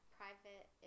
private